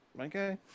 okay